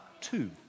two